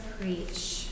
preach